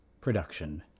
production